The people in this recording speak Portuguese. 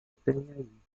tem